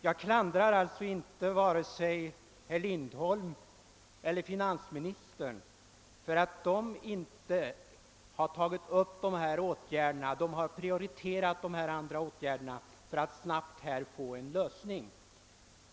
Jag klandrar alltså inte vare sig herr Lindholm eller finansministern för att de har prioriterat dessa andra åtgärder för att snabbt få en lösning.